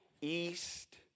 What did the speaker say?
east